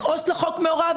אז עו"ס לחוק מעורב,